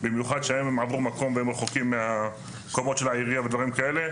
במיוחד שאם הם עברו מקום והם רחוקים מהמקומות של העירייה ודברים כאלה,